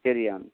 हिचेर या आमी